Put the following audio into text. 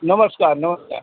नमस्कार नमस्कार